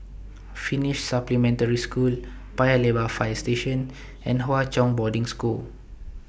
Finnish Supplementary School Paya Lebar Fire Station and Hwa Chong Boarding School